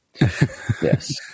yes